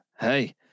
Hey